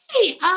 hey